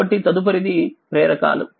కాబట్టితదుపరిదిప్రేరకలు